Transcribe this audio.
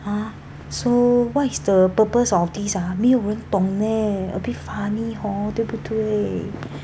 !huh! so what is the purpose of these ah 没有人懂 leh a bit funny hor 对不对